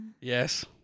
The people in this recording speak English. Yes